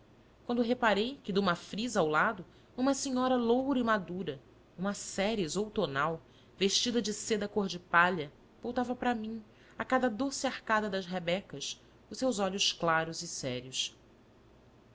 quando reparei que de uma frisa ao lado uma senhora loura e madura uma ceres outonal vestida de seda cor de palha voltava para mim a cada doce arcada das rebecas os seus olhos claros e sérios